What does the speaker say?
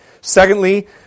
Secondly